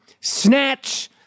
Snatch